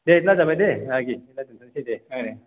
दे बिदिब्ला जाबाय दे बाहागि बिदिब्ला दोनथ'नोसै दे